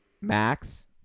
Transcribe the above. Max